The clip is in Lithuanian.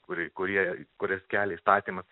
kuri kurie kurias kelia įstatymas